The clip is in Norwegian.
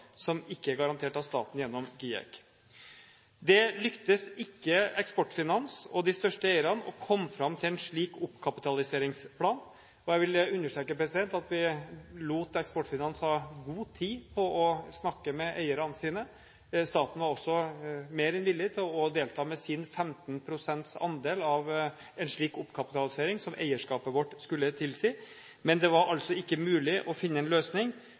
som ikke er garantert av staten gjennom GIEK. Det lyktes ikke Eksportfinans og de største eierne å komme fram til en slik oppkapitaliseringsplan, og jeg vil understreke at vi lot Eksportfinans ha god tid på å snakke med eierne sine. Staten var også mer enn villig til å delta med sin 15 pst. andel av en slik oppkapitalisering som eierskapet vårt skulle tilsi, men det var altså ikke mulig å finne en løsning